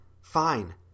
Fine